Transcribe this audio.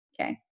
Okay